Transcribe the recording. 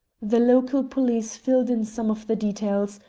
the local police filled in some of the details,